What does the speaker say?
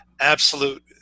absolute